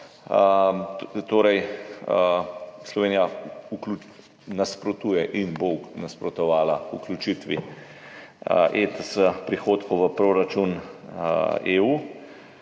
Torej, Slovenija nasprotuje in bo nasprotovala vključitvi prihodkov ETS v proračun EU.